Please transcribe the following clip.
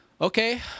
Okay